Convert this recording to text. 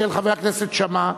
של חבר הכנסת שאמה,